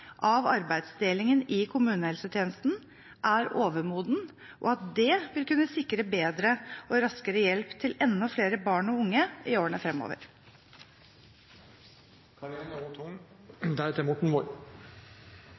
av arbeidsdelingen i kommunehelsetjenesten er overmoden. Det vil kunne sikre bedre og raskere hjelp til enda flere barn og unge i årene